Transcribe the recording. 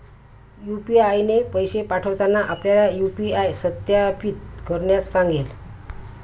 UPI ने पैसे पाठवताना आपल्याला यू.पी.आय सत्यापित करण्यास सांगेल